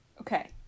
Okay